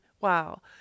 wow